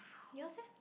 yours leh